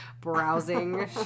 browsing